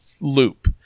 loop